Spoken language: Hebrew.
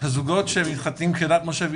הזוגות שמתחתנים כדת משה וישראל,